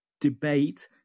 debate